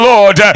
Lord